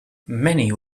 many